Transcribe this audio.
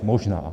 Možná.